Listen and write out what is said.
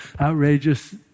outrageous